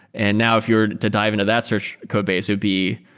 and now if you're to dive into that search codebase, it'd be